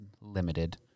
limited